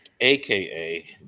AKA